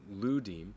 Ludim